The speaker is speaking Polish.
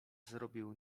zrobił